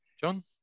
John